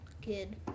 kid